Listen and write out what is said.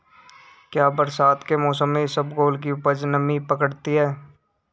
क्या बरसात के मौसम में इसबगोल की उपज नमी पकड़ती है?